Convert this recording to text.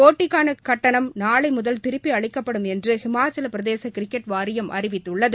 போட்டிக்கான கட்டணம் நாளை முதல் திருப்பி அளிக்கப்படும் என்று ஹிமாச்சலப்பிரதேச கிரிக்கெட் வாரியம் அறிவித்துள்ளது